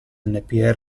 anpr